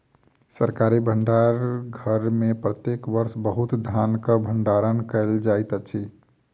सरकारी भण्डार घर में प्रत्येक वर्ष बहुत धानक भण्डारण कयल जाइत अछि